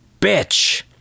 bitch